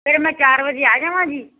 ਫਿਰ ਮੈਂ ਚਾਰ ਵਜੇ ਆ ਜਾਵਾਂ ਜੀ